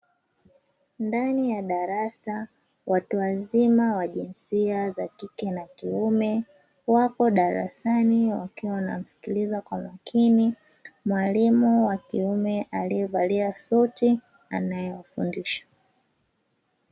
Ndani ya darasa watu wazima wa jinsia za kike na kiume wapo darasani wakiwa wanamsikiliza kwa makini, mwalimu wa kiume aliyevalia suti anayewafundisha.